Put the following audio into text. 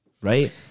right